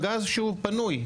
גז שהוא פנוי,